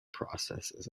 processes